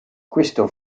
questo